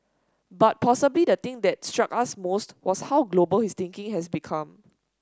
but possibly the thing that struck us most was how global his thinking has become